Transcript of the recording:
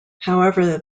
however